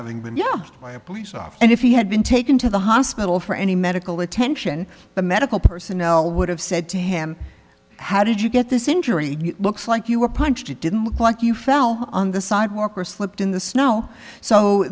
a police off and if he had been taken to the hospital for any medical attention the medical personnel would have said to him how did you get this injury looks like you were punched it didn't look like you fell on the sidewalk or slipped in the snow so